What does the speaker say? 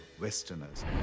Westerners